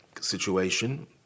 situation